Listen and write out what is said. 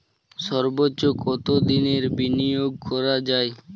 সর্বোচ্চ কতোদিনের বিনিয়োগ করা যায়?